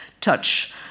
touch